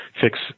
fix